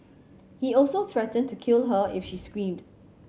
he also threatened to kill her if she screamed